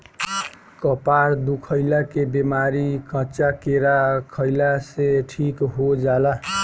कपार दुखइला के बेमारी कच्चा केरा खइला से ठीक हो जाला